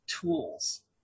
tools